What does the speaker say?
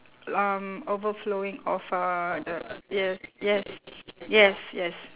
um overflowing of uh the yes yes yes yes